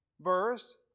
verse